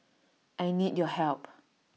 I need your help